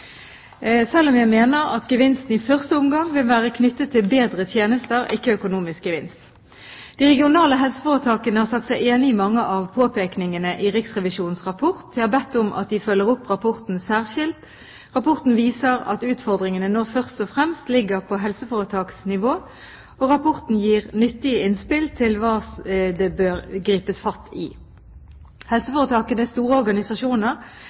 selv om jeg mener at gevinsten i første omgang vil være knyttet til bedre tjenester – ikke økonomisk gevinst. De regionale helseforetakene har sagt seg enig i mange av påpekningene i Riksrevisjonens rapport. Jeg har bedt om at de følger opp rapporten særskilt. Rapporten viser at utfordringene nå først og fremst ligger på helseforetaksnivå, og rapporten gir nyttige innspill til hva det nå bør gripes fatt i. Helseforetakene er store organisasjoner